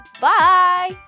Bye